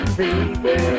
baby